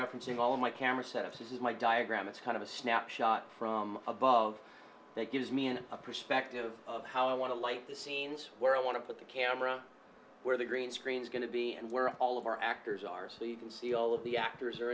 referencing all my camera set up this is my diagram it's kind of a snapshot from above that gives me a perspective of how i want to light the scenes where i want to put the camera where the green screens going to be and where all of our actors are so you can see all of the actors are